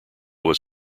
was